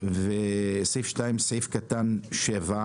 לגבי